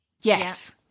Yes